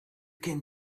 can